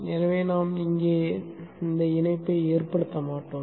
எனவே நாம் இங்கே இணைப்பை ஏற்படுத்த மாட்டோம்